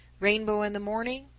rainbow in the morning,